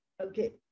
okay